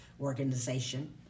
organization